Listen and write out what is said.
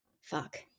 fuck